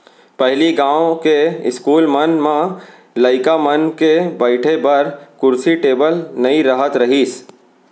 पहिली गॉंव के इस्कूल मन म लइका मन के बइठे बर कुरसी टेबिल नइ रहत रहिस